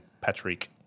Patrick